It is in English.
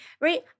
right